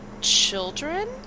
children